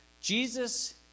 Jesus